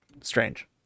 strange